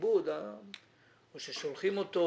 הכיבוד או ששולחים אותו